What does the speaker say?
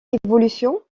évolution